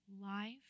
life